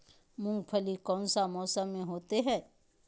मूंगफली कौन सा मौसम में होते हैं?